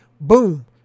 boom